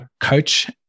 coach